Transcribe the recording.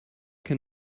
can